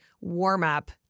warm-up